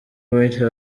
white